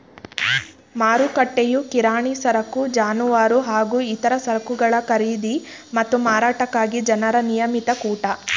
ಮಾರುಕಟ್ಟೆಯು ಕಿರಾಣಿ ಸರಕು ಜಾನುವಾರು ಹಾಗೂ ಇತರ ಸರಕುಗಳ ಖರೀದಿ ಮತ್ತು ಮಾರಾಟಕ್ಕಾಗಿ ಜನರ ನಿಯಮಿತ ಕೂಟ